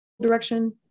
direction